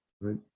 right